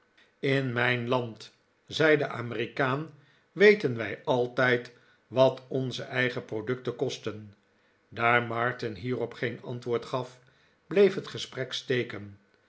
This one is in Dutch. in mijn land zei de amerikaan weten wij altijd wat onze eigen producten kosten daar martin hierop geen antwoord gaf bleef het gesprek steken